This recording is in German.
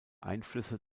einflüsse